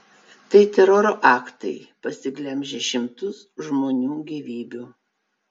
tai teroro aktai pasiglemžę šimtus žmonių gyvybių